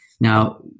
Now